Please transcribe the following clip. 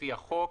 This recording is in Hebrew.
לפי החוק,